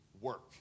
work